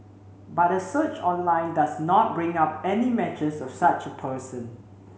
but a search online does not bring up any matches of such a person